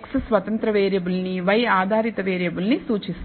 x స్వతంత్ర variable ని y ఆధారిత వేరియబుల్ ని సూచిస్తుంది